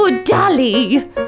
Dolly